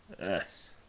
Yes